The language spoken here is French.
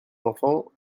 enfants